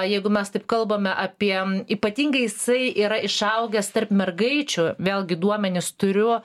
jeigu mes taip kalbam apie ypatingai jisai yra išaugęs tarp mergaičių vėlgi duomenis turiu